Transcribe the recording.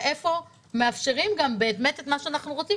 ואיפה מאפשרים את מה שאנחנו רוצים,